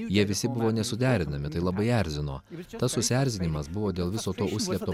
jie visi buvo nesuderinami tai labai erzino tas susierzinimas buvo dėl viso to užslėpto